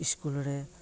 ᱤᱥᱠᱩᱞᱨᱮ